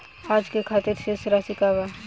आज के खातिर शेष राशि का बा?